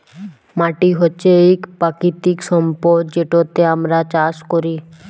মাটি হছে ইক পাকিতিক সম্পদ যেটতে আমরা চাষ ক্যরি